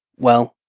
well,